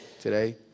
today